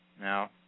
Now